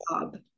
job